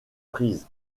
prise